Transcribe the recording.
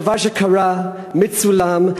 דבר שקרה, מצולם.